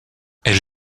elle